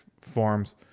forms